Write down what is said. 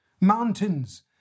Mountains